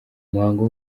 muhango